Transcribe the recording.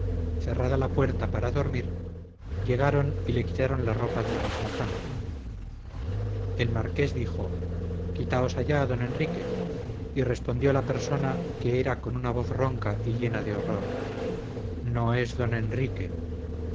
cerrada la puerta para dormir llegaron y le quitaron la ropa de la misma cama el marqués dijo quitaos allá d enrique y respondió la persona que era con una voz ronca y llena de horror no es d enrique